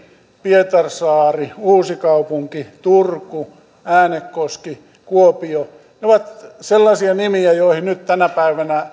pietarsaari uusikaupunki turku äänekoski kuopio ne ovat sellaisia nimiä joihin nyt tänä päivänä